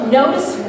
notice